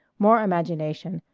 more imagination,